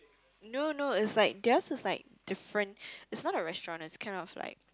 no no it's like theirs is like different it's not a restaurant it's kind of like